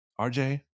RJ